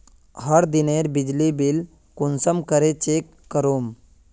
हर दिनेर बिजली बिल कुंसम करे चेक करूम?